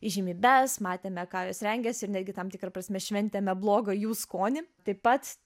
įžymybes matėme ką jos rengėsi ir netgi tam tikra prasme šventėme blogą jų skonį taip pat